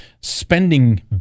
spending